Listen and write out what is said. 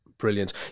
Brilliant